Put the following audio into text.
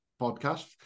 podcast